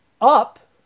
up